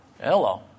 Hello